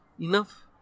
enough